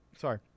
Sorry